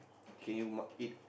can you more eat